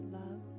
love